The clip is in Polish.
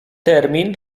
termin